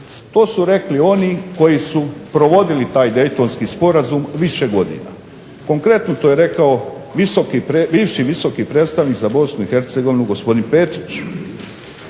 To su rekli oni koji su provodili taj Daytonski sporazum više godina. Konkretno, to je rekao bivši visoki predstavnik za BiH gospodin Petić.